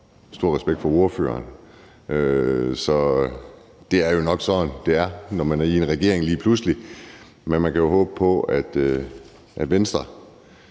stor respekt for ordføreren. Så det er jo nok sådan, det er, når man lige pludselig er i en regering, men man kan jo håbe på, at Venstre